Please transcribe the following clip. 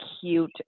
cute